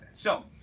so,